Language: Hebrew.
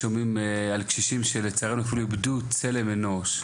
על קשישים שאיבדו צלם אנוש.